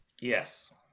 Yes